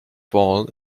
ball